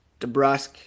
DeBrusque